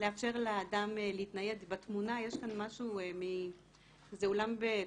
אני משתמשת בהגדרה, מ"גטו האוטיזם".